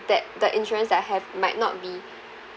that the insurance that I have might not be